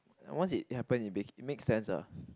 once it happen it be~ makes sense ah